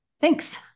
Thanks